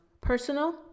personal